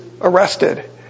arrested